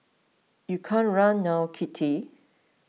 you can't run now Kitty